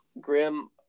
Graham